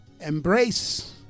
embrace